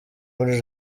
muri